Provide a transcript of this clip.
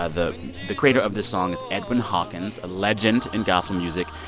ah the the creator of this song is edwin hawkins, a legend in gospel music.